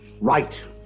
right